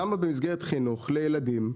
למה במסגרת חינוך לילדים?